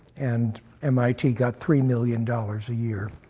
and mit got three million dollars a year